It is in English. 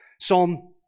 Psalm